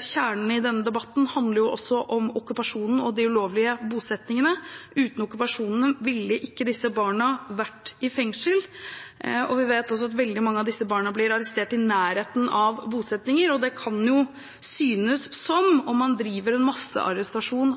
kjernen i denne debatten handler om okkupasjonen og de ulovlige bosettingene. Uten okkupasjonen ville ikke disse barna vært i fengsel. Vi vet også at veldig mange av disse barna blir arrestert i nærheten av bosettinger. Det kan synes som om man driver en